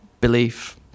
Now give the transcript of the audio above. belief